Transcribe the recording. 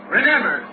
Remember